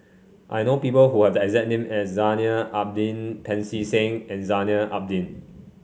I know people who have the exact name as Zainal Abidin Pancy Seng and Zainal Abidin